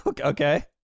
Okay